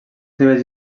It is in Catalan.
nivells